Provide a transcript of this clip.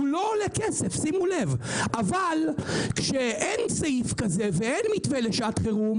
אבל כשאין מתווה לשעת חירום